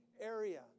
area